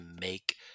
make